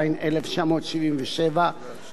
העוסק בפרסום והצגת תועבה,